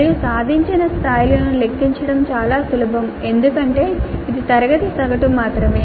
మరియు సాధించిన స్థాయిలను లెక్కించడం చాలా సులభం ఎందుకంటే ఇది తరగతి సగటు మాత్రమే